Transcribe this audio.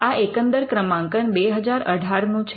આ એકંદર ક્રમાંકન 2018 નું છે